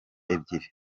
ebyiri